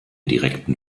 direkten